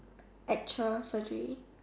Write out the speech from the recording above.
actual surgery